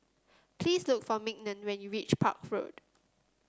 please look for Mignon when you reach Park Road